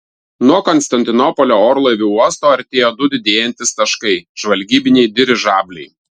nuo konstantinopolio orlaivių uosto artėjo du didėjantys taškai žvalgybiniai dirižabliai